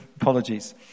Apologies